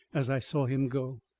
as i saw him go.